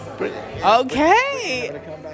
Okay